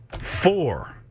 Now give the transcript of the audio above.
Four